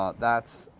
that's